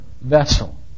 vessel